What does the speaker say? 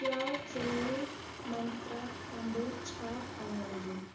کیٛاہ ژۄوُہ منٛترٛا تمبَر چھا اویلیبل